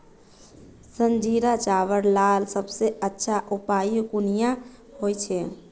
संजीरा चावल लार सबसे अच्छा उपजाऊ कुनियाँ होचए?